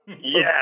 Yes